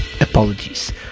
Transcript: Apologies